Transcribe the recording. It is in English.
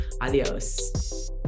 Adios